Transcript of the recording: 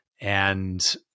and-